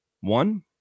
one